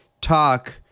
talk